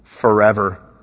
forever